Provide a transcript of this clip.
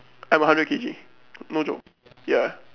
I'm a hundred K_G no joke ya